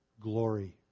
glory